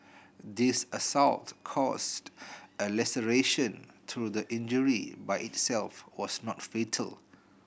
this assault caused a laceration though the injury by itself was not fatal